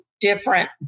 different